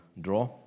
draw